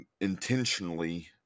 intentionally